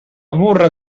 burra